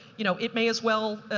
you know, it may as well.